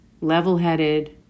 level-headed